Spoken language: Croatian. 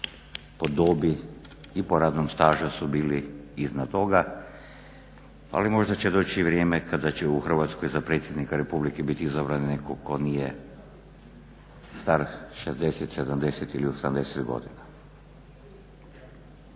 po dobi i po radnom stažu su bili iznad toga, ali možda će doći vrijeme kada će u Hrvatskoj za predsjednika Republike biti izabran netko tko nije star 60, 70 ili 80 godina.